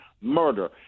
murder